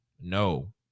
no